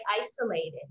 isolated